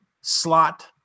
slot